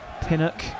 Pinnock